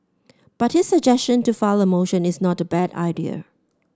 but his suggestion to file a motion is not a bad idea